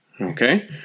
Okay